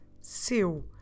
seu